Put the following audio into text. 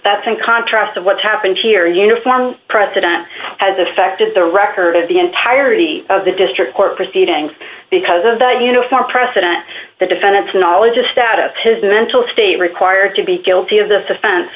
that's in contrast of what's happened here uniformed president has affected the record of the entirety of the district court proceedings because of that uniform precedent the defendant's knowledge of status his mental state required to be guilty of this offen